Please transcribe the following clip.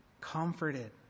comforted